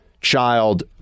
child